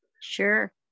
Sure